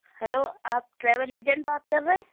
hello آپ travel agent بات کر رہے ہیں